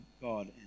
God